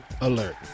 alert